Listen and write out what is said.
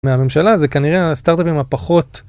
מהממשלה זה כנראה הסטארטאפים הפחות.